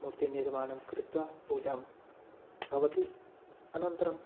मूर्तिनिर्माणं कृत्वा पूजा भवति अनन्तरं